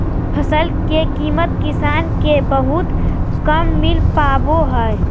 फसल के कीमत किसान के बहुत कम मिल पावा हइ